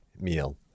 meal